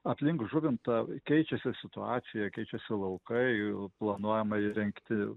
aplink žuvintą keičiasi situacija keičiasi laukai planuojama įrengti